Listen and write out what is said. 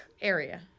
area